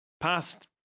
past